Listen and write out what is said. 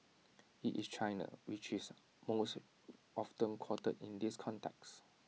IT is China which is most often quoted in this context